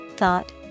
thought